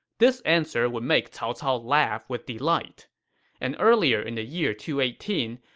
this answer would make cao cao laugh with delight and earlier in the year two eighteen,